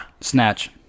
Snatch